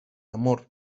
amor